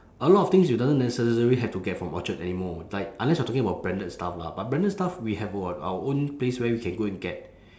a lot of things you don't necessary have to get from orchard anymore like unless you are talking about branded stuff lah but branded stuff we have [what] our own place where we can go and get